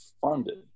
funded